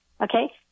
okay